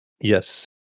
Yes